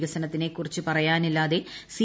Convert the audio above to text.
വികസനത്തിനെ കുറിച്ച് പറയാനില്ലാതെ സി